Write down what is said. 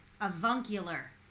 Avuncular